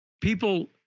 people